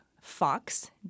fox